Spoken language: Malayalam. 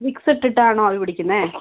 വിക്സ് ഇട്ടിട്ടാണോ ആവി പിടിക്കുന്നത്